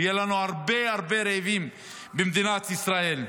ויהיו לנו הרבה הרבה רעבים במדינת ישראל.